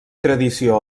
tradició